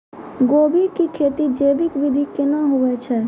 गोभी की खेती जैविक विधि केना हुए छ?